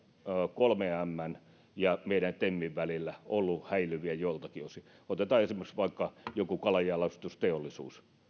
kolmen mn ja meidän temin välillä ovat olleet häilyviä joiltakin osin otetaan esimerkiksi vaikka joku kalanjalostusteollisuus